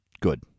good